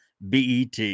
BET